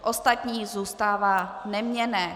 Ostatní zůstává neměnné.